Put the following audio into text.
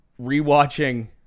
rewatching